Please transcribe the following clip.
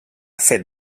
fet